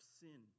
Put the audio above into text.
sin